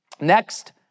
Next